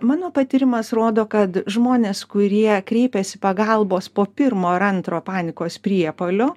mano patyrimas rodo kad žmonės kurie kreipėsi pagalbos po pirmo ar antro panikos priepuolio